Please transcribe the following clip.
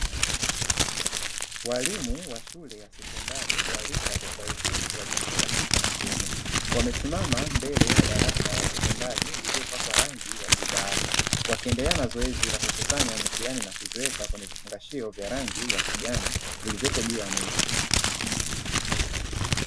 Waalimu wa shule ya sekondari wa rika tofauti wa jinsia ya kike na kiume. Wamesimama mbele ya darasa la sekondari lililopakwa rangi ya bluu bahari. Wakiendelea na zoezi la kukusanya mitihani na kuziweka kwenye vifungashio vya rangi ya kijani vilivyopo juu ya meza.